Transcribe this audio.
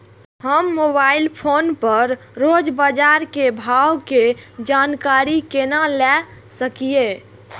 हम mobile phone पर रोज बाजार के भाव के जानकारी केना ले सकलिये?